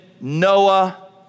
Noah